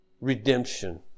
redemption